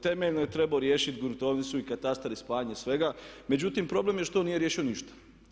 Temeljno je trebao riješiti gruntovnicu i katastar i spajanje svega, međutim, problem je što on nije riješio ništa.